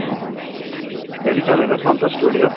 ହଁ ଦେଖିଛନ୍ତି ତ ସନ୍ତୋଷ ଷ୍ଟୁଡ଼ିଓ